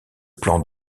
plan